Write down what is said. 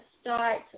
start